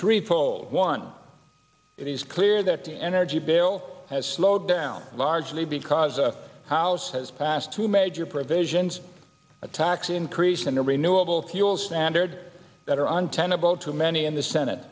threefold one it is clear that the energy bill has slowed down largely because the house has passed two major provisions a tax increase in the renewable fuel standard that are untenable to many in the senate